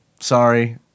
Sorry